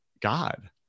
God